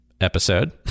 episode